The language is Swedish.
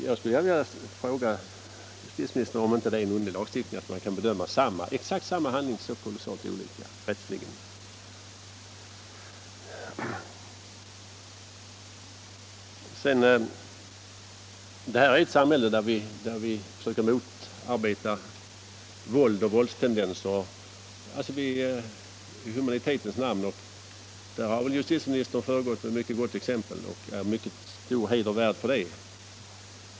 Jag skulle vilja fråga justitieministern om det inte är en underlig lagstiftning som bedömer exakt samma handling på så olika sätt. Vi försöker i vårt samhälle att i humanitetens namn motarbeta våld och våldstendenser. Där har justitieministern föregått med mycket gott exempel och är stor heder värd för det.